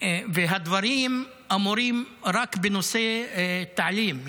והדברים אמורים רק בנושא תעלים,